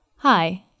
Hi